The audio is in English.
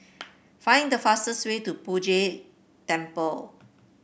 find the fastest way to Poh Jay Temple